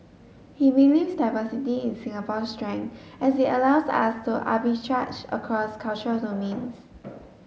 he believes diversity is Singapore's strength as it allows us to arbitrage across cultural domains